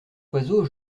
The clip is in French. oiseau